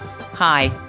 Hi